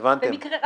הבנתם?